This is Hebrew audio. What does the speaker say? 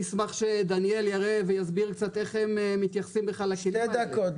נשמח שדניאל יראה ויסביר קצת איך הם מתייחסים --- שתי דקות.